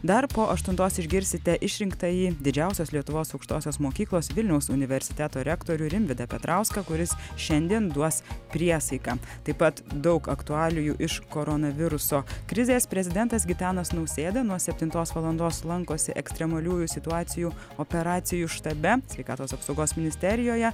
dar po aštuntos išgirsite išrinktąjį didžiausios lietuvos aukštosios mokyklos vilniaus universiteto rektorių rimvydą petrauską kuris šiandien duos priesaiką taip pat daug aktualijų iš koronaviruso krizės prezidentas gitanas nausėda nuo septintos valandos lankosi ekstremaliųjų situacijų operacijų štabe sveikatos apsaugos ministerijoje